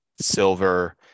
silver